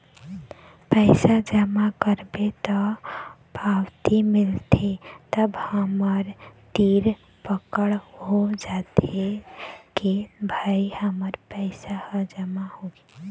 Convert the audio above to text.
पइसा जमा करबे त पावती मिलथे तब हमर तीर पकड़ हो जाथे के भई हमर पइसा ह जमा होगे